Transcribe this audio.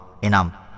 Enam